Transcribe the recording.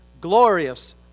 glorious